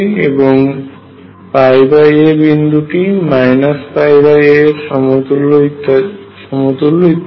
এবং a বিন্দুটি a এর সমতুল্য ইত্যাদি